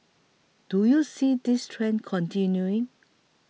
do you see this trend continuing